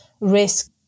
risk